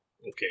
Okay